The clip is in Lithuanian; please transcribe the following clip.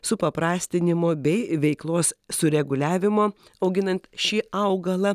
supaprastinimo bei veiklos sureguliavimo auginant šį augalą